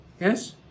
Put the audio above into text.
yes